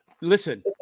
Listen